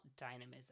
dynamism